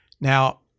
now